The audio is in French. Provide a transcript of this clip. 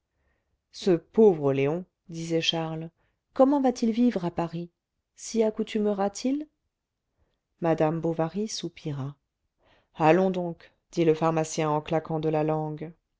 ce pauvre léon disait charles comment va-t-il vivre à paris s'y accoutumera t il madame bovary soupira allons donc dit le pharmacien en claquant de la langue